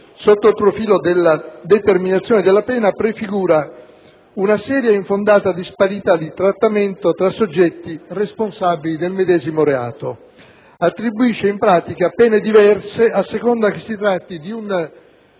sotto il profilo della determinazione della pena, prefigura una seria e infondata disparità di trattamento tra soggetti responsabili del medesimo reato; attribuisce in pratica pene diverse a seconda che si tratti di un